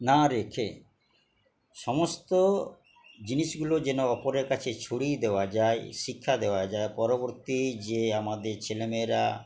না রেখে সমস্ত জিনিসগুলো যেন ওপরের কাছে ছড়িয়ে দেওয়া যায় শিক্ষা দেওয়া যায় পরবর্তী যে আমাদের ছেলেমেয়েরা